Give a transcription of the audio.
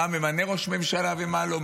מה ממנה ראש ממשלה ומה לא?